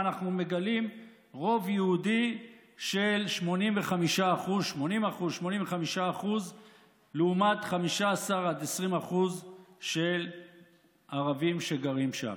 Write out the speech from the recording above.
אנחנו מגלים רוב יהודי של 80% 85% לעומת 15% 20% של ערבים שגרים שם,